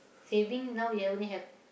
saving now we only have